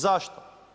Zašto?